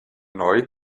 neu